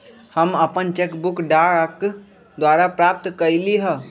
हम अपन cheque book डाक द्वारा प्राप्त कईली ह